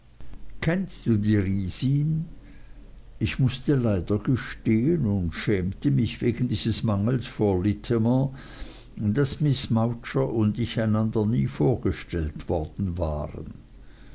kennst du die riesin daisy fragte steerforth ich mußte leider gestehen und schämte mich wegen dieses mangels vor littimer daß miß mowcher und ich einander nie vorgestellt worden waren